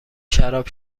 شراب